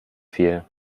viel